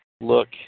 look